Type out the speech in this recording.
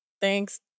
thanks